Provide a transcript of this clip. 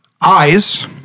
eyes